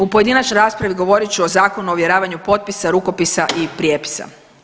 U pojedinačnoj raspravi govorit ću o Zakonu o ovjeravanju potpisa, rukopisa i prijepisa.